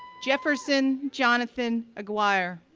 jefferson jonathan aguirre,